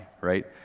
right